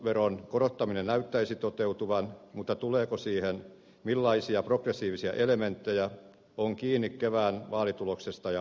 pääomatuloveron korottaminen näyttäisi toteutuvan mutta se millaisia progressiivisia elementtejä siihen tulee on kiinni kevään vaalituloksesta ja hallituspohjasta